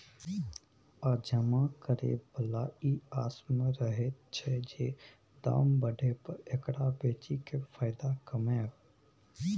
आ जमा करे बला ई आस में रहैत छै जे दाम बढ़य पर एकरा बेचि केँ फायदा कमाएब